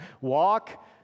walk